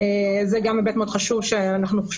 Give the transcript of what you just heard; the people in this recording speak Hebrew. זה גם היבט מאוד חשוב שאנחנו חושבים